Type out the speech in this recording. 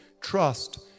Trust